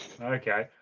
Okay